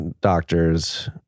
doctors